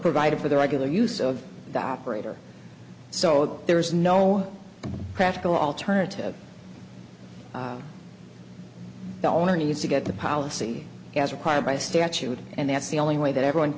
provided for the regular use of the operator so there is no practical alternative the owner needs to get the policy as required by statute and that's the only way that everyone